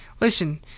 Listen